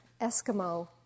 Eskimo